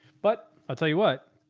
but i'll tell you what,